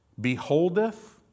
beholdeth